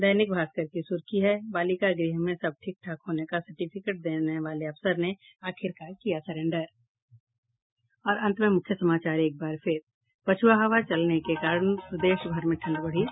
दैनिक भास्कर की सुर्खी है बालिका गृह में सब ठीक ठाक होने का सर्टिफिकेट देने वाले अफसर ने आखिकार किया सरेंडर और अब अंत में मुख्य समाचार पछ्आ हवा चलने के कारण प्रदेशभर में ठंड बढ़ी